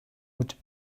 would